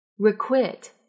requit